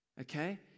okay